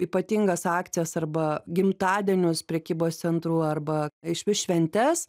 ypatingas akcijas arba gimtadienius prekybos centrų arba išvis šventes